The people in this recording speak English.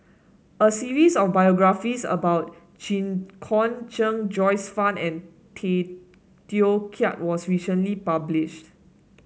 a series of biographies about Jit Koon Ch'ng Joyce Fan and Tay Teow Kiat was recently published